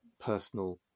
personal